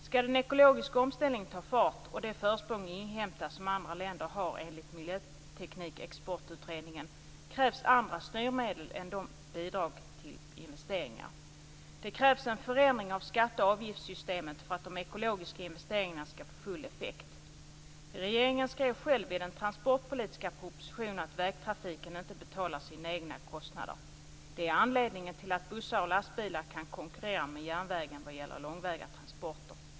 Skall den ekologiska omställningen ta fart och det försprång inhämtas som andra länder har enligt Miljöteknikexportutredningen krävs andra styrmedel än bidrag till investeringar. Det krävs en förändring av skatte och avgiftssystemet för att de ekologiska investeringarna skall få full effekt. Regeringen skrev själv i den transportpolitiska propositionen att vägtrafiken inte betalar sina egna kostnader. Det är anledningen till att bussar och lastbilar kan konkurrera med järnvägen vad gäller långväga transporter.